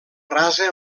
rasa